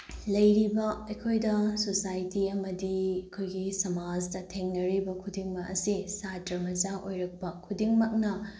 ꯂꯩꯔꯤꯕ ꯑꯩꯈꯣꯏꯗ ꯁꯣꯁꯥꯏꯇꯤ ꯑꯃꯗꯤ ꯑꯩꯈꯣꯏꯒꯤ ꯁꯃꯥꯖꯗ ꯊꯦꯡꯅꯔꯤꯕ ꯈꯨꯗꯤꯡꯃꯛ ꯑꯁꯤ ꯁꯥꯇ꯭ꯔ ꯃꯆꯥ ꯑꯣꯏꯔꯛꯄ ꯈꯨꯗꯤꯡꯃꯛꯅ